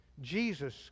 Jesus